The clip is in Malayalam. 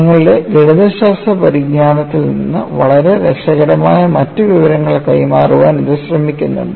നിങ്ങളുടെ ഗണിതശാസ്ത്ര പരിജ്ഞാനത്തിൽ നിന്ന് വളരെ രസകരമായ മറ്റു വിവരങ്ങൾ കൈമാറാൻ ഇത് ശ്രമിക്കുന്നുണ്ടോ